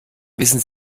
wissen